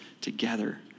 together